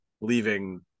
leaving